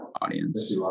audience